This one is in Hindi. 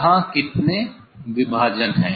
यहाँ कितने विभाजन हैं